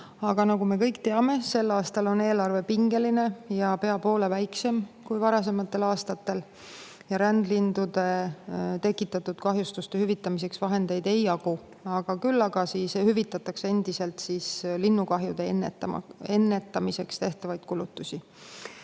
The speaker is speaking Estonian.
Aga nagu me kõik teame, sel aastal on eelarve pingeline ja pea poole väiksem kui varasematel aastatel. Rändlindude tekitatud kahjustuste hüvitamiseks vahendeid ei jagu. Küll aga hüvitatakse endiselt linnukahjude ennetamiseks tehtavaid kulutusi.